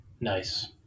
Nice